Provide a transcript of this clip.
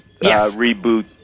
reboot